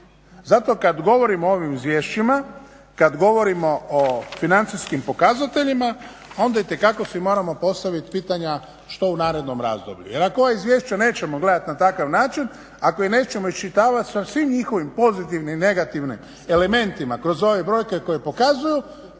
Zato kada govorimo o ovim izvješćima, kada govorimo o financijskim pokazateljima, onda itekako si moramo postaviti pitanja što u narednom razdoblju jer ako ova izvješća nećemo gledati na takav način, ako ih nećemo iščitavati sa svim njihovim pozitivnim, negativnim elementima kroz ove brojke koje pokazuju,